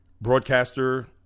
broadcaster